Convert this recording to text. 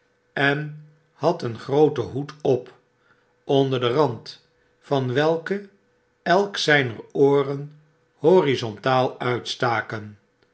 en had een grooten hoea op onder den rand van welken elk zijner ooren horizontaal uitstaken